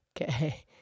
Okay